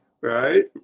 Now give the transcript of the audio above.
Right